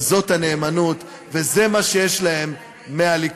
וזאת הנאמנות, הגזמת, וזה מה שיש להם מהליכוד.